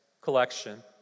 collection